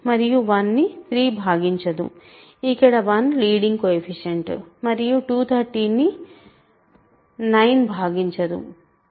మరియు 1 ని 3 భాగించదు ఇక్కడ 1 లీడింగ్ కోయెఫిషియంట్ మరియు 213 ను 9 భాగించదు